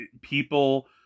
people